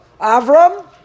Avram